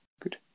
Good